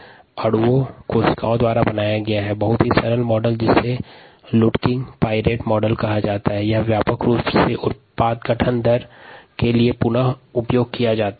क्रियाधार की उपस्थिति में कोशिका द्वारा निर्मित उत्पाद निर्माण की दर की गणना हेतु लुड्किंग पाईरेट मॉडल का व्यापक रूप से उपयोग किया जाता है